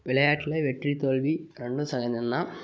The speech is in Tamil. விளையாட்டில் வெற்றி தோல்வி ரெண்டும் சகசந்தான்